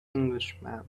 englishman